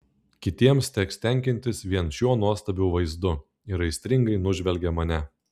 kitiems teks tenkintis vien šiuo nuostabiu vaizdu ir aistringai nužvelgia mane